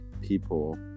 people